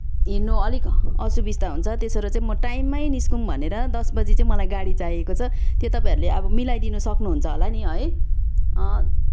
हिँड्नु अलिक असुबिस्ता हुन्छ त्यसो र चाहिँ म टाइममै निस्कौ भनेर दस बजी चाहिँ मलाई गाडी चाहिएको छ त्यो तपाईँहरूले अब मिलाइ दिनसक्नुहुन्छ होला नि है